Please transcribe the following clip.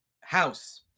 house